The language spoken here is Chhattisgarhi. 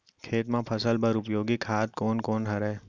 खेत म फसल बर उपयोगी खाद कोन कोन हरय?